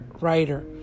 Writer